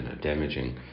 damaging